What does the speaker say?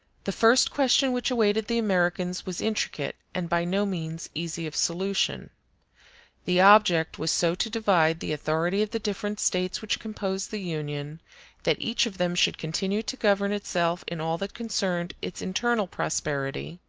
the first question which awaited the americans was intricate, and by no means easy of solution the object was so to divide the authority of the different states which composed the union that each of them should continue to govern itself in all that concerned its internal prosperity,